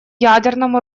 ядерному